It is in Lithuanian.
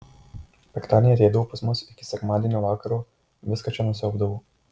penktadienį ateidavo pas mus iki sekmadienio vakaro viską čia nusiaubdavo